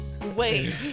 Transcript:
Wait